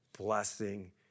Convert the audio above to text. blessing